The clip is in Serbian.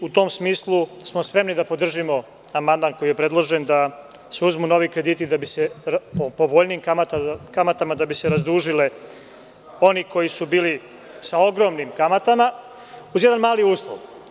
U tom smislu smo spremni da podržimo amandman koji je predložen, da se uzmu novi krediti po povoljnijim kamatama da bi se razdužili oni koji su bili sa ogromnim kamatama, uz jedan mali uslov.